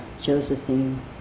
Josephine